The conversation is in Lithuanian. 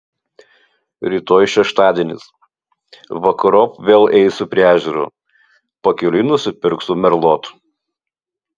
rytoj šeštadienis vakarop vėl eisiu prie ežero pakeliui nusipirksiu merlot